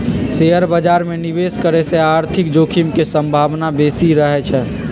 share बाजार में निवेश करे से आर्थिक जोखिम के संभावना बेशि रहइ छै